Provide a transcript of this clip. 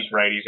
righties